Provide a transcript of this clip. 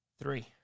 Three